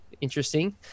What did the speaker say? interesting